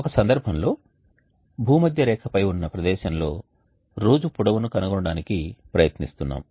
ఒక సందర్భంలో భూమధ్యరేఖపై ఉన్న ప్రదేశంలో రోజు పొడవును కనుగొనడానికి ప్రయత్నిస్తున్నాము